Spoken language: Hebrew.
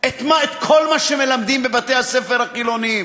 את כל מה שמלמדים בבתי-הספר החילוניים.